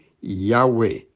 Yahweh